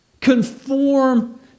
Conform